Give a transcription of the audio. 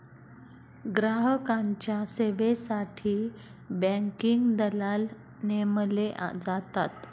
ग्राहकांच्या सेवेसाठी बँकिंग दलाल नेमले जातात